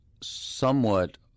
somewhat